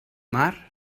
mar